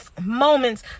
moments